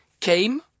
came